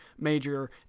major